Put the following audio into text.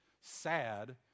sad